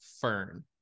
fern